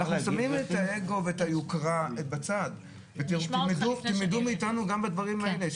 אנחנו שמים את האגו ואת היוקרה בצד ותלמדו מאיתנו גם בדברים האלה,